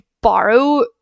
borrow